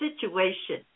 situation